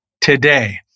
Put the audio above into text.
today